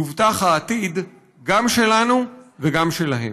יובטח העתיד גם שלנו וגם שלהם.